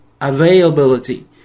availability